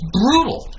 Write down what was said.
brutal